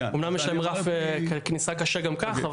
אומנם יש להם רף כניסה קשה גם כך,